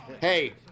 hey